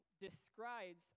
describes